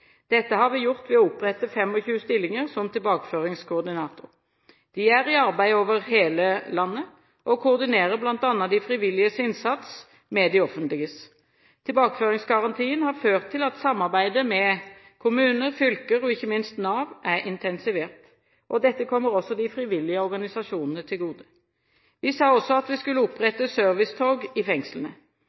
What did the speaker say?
har vi gjort ved å opprette 25 stillinger som tilbakeføringskoordinatorer. De er i arbeid over hele landet og koordinerer bl.a. de frivilliges innsats med det offentliges. Tilbakeføringsgarantien har ført til at samarbeidet med kommuner, fylker og – ikke minst – Nav er intensivert. Dette kommer også de frivillige organisasjonene til gode. Vi sa også at vi skulle opprette servicetorg i fengslene.